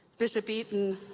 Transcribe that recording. bishop eaton,